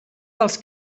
dels